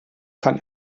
kann